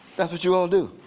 that's what you all do?